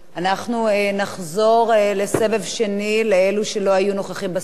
נחזור לסבב שני, לאלו שלא היו נוכחים בסבב הראשון.